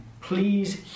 Please